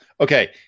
okay